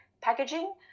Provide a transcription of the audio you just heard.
packaging